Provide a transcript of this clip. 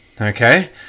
okay